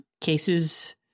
cases